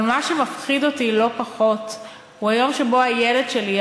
אבל מה שמפחיד אותי לא פחות הוא היום שבו הילד שלי,